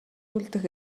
үлдэх